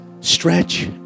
stretch